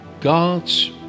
God's